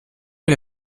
que